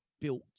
built